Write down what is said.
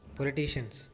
Politicians